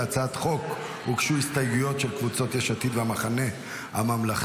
להצעת החוק הוגשו הסתייגויות של קבוצת יש עתיד והמחנה הממלכתי.